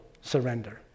surrender